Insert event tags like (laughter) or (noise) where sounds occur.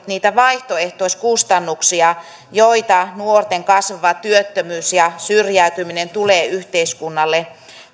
(unintelligible) niitä vaihtoehtoiskustannuksia joita nuorten kasvava työttömyys ja syrjäytyminen tulee yhteiskunnalle